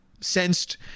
sensed